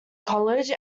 college